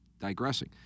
digressing